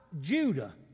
Judah